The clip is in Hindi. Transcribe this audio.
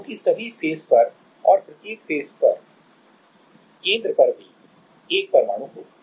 क्योंकि सभी फेस पर और प्रत्येक फेस पर के केंद्र पर भी एक परमाणु होगा